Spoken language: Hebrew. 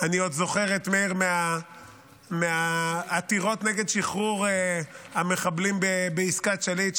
אני עוד זוכר את מאיר מהעתירות נגד שחרור המחבלים בעסקת שליט,